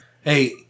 Hey